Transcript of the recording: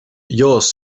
yours